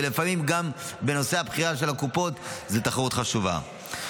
ולפעמים גם נושא הבחירה של הקופות זו תחרות חשובה.